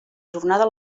jornada